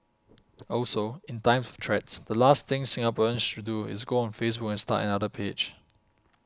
also in times threats the last thing Singaporeans should do is go on Facebook and start another page